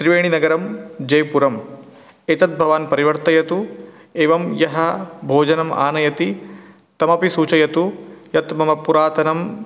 त्रिवेणिनगरं जयपुरम् एतद्भवान् परिवर्तयतु एवं यः भोजनम् आनयति तमपि सूचयतु यन्ममपुरातनं